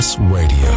Radio